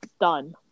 done